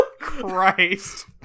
Christ